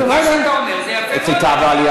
מה שאתה אומר, זה יפה מאוד.